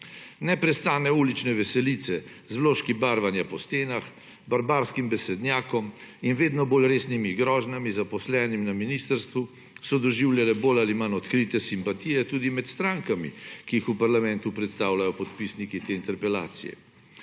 Neprestane ulične veselice z vložki barvanja po stenah, barbarskim besednjakom in vedno bolj resnimi grožnjami zaposlenim na ministrstvu so doživljale bolj ali manj odkrite simpatije tudi med strankami, ki jih v parlamentu predstavljajo podpisniki te interpelacije.